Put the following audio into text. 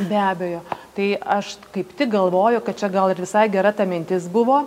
be abejo tai aš kaip tik galvoju kad čia gal ir visai gera ta mintis buvo